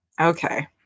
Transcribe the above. Okay